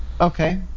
Okay